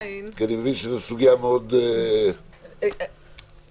מבין שזאת סוגיה מאוד לא פשוטה.